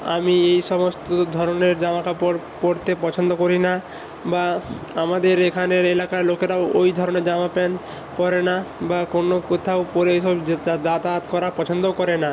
আমি এই সমস্ত ধরনের জামা কাপড় পরতে পছন্দ করি না বা আমাদের এখানের এলাকার লোকেরাও ওই ধরনের জামা প্যান্ট পরে না বা কোনো কোথাও পরে এই সব যে যাতায়াত করা পছন্দও করে না